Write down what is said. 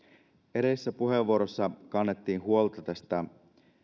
edellisessä puheenvuorossa kannettiin huolta tästä